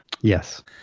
Yes